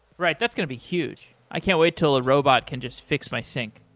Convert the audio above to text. right. that's going to be huge. i can't wait till a robot can just fix my sink.